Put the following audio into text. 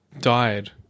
died